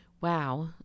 Wow